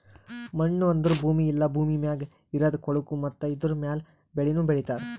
ಮಣ್ಣು ಅಂದುರ್ ಭೂಮಿ ಇಲ್ಲಾ ಭೂಮಿ ಮ್ಯಾಗ್ ಇರದ್ ಕೊಳಕು ಮತ್ತ ಇದುರ ಮ್ಯಾಲ್ ಬೆಳಿನು ಬೆಳಿತಾರ್